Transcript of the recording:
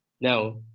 Now